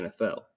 NFL